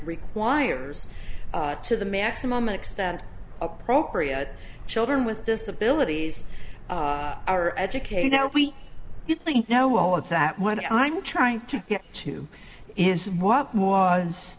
requires to the maximum extent appropriate children with disabilities are educated now we know all of that what i'm trying to get to is what was